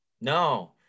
no